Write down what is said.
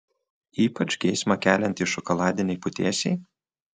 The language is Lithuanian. ypač geismą keliantys šokoladiniai putėsiai